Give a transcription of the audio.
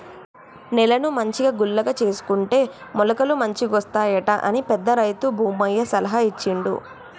నేలను మంచిగా గుల్లగా చేసుకుంటే మొలకలు మంచిగొస్తాయట అని పెద్ద రైతు భూమయ్య సలహా ఇచ్చిండు